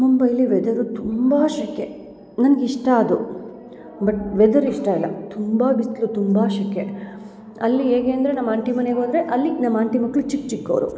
ಮುಂಬೈಯಲ್ಲಿ ವೆದರು ತುಂಬ ಸೆಕೆ ನಂಗೆ ಇಷ್ಟ ಅದು ಬಟ್ ವೆದರ್ ಇಷ್ಟ ಇಲ್ಲ ತುಂಬ ಬಿಸಿಲು ತುಂಬ ಸೆಕೆ ಅಲ್ಲಿ ಹೇಗೆ ಅಂದರೆ ನಮ್ಮ ಆಂಟಿ ಮನೆಗೆ ಹೋದ್ರೆ ಅಲ್ಲಿ ನಮ್ಮ ಆಂಟಿ ಮಕ್ಕಳು ಚಿಕ್ಕ ಚಿಕ್ಕೋರು